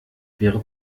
wäre